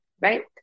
Right